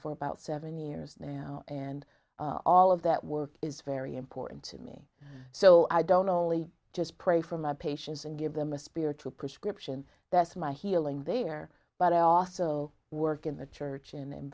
for about seven years now and all of that work is very important to me so i don't know only just pray for my patients and give them a spiritual prescription that's my healing there but i also work in the church in a